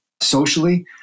Socially